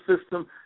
system